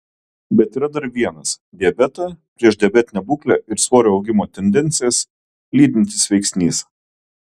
bet yra dar vienas diabetą priešdiabetinę būklę ir svorio augimo tendencijas lydintis veiksnys